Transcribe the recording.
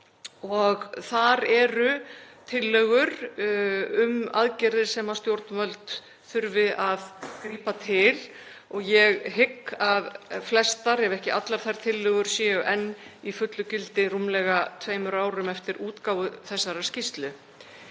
Þar eru tillögur um aðgerðir sem sagt er að stjórnvöld þurfi að grípa til og ég hygg að flestar, ef ekki allar þær tillögur séu enn í fullu gildi rúmlega tveimur árum eftir útgáfu þessarar skýrslu.